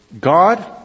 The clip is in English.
God